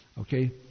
okay